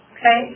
Okay